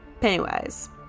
Pennywise